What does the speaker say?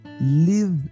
live